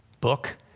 book